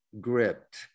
gripped